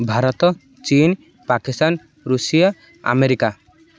Bharat Chin Pakistan Russia America